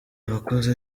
abakozi